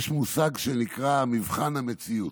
יש מושג שנקרא מבחן המציאות.